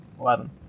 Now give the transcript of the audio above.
Eleven